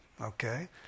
okay